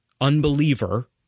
unbeliever